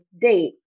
date